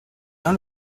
dun